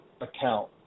account